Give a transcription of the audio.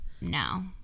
No